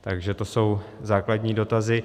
Takže to jsou základní dotazy.